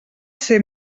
ser